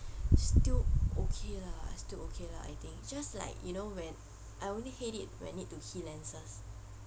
still okay lah still okay lah I think it's just like you know when I only hate it when need to key lenses